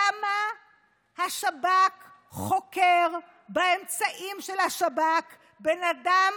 למה השב"כ חוקר באמצעים של השב"כ בן אדם